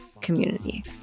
community